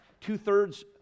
two-thirds